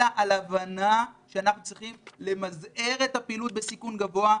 אלא על הבנה שאנחנו צריכים למזער את הפעילות בסיכון גבוה,